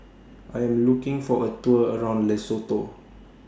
I Am looking For A Tour around Lesotho